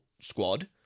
squad